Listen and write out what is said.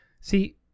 See